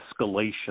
escalation